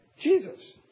Jesus